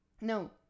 No